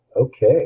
Okay